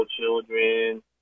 children